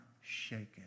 shaken